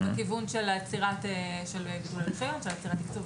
של עצירת הרישיון ועצירת התקצוב.